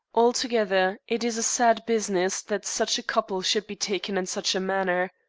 altogether, it is a sad business that such a couple should be taken in such a manner.